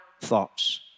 thoughts